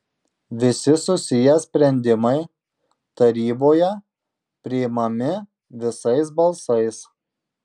visi susiję sprendimai taryboje priimami visais balsais